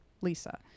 lisa